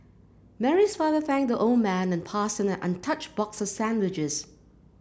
Mary's father thanked the old man and passed him an untouched box of sandwiches